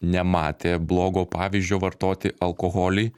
nematė blogo pavyzdžio vartoti alkoholį